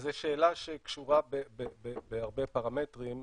זו שאלה שקשורה בהרבה פרמטרים.